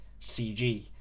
cg